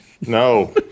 No